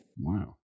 Wow